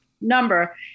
number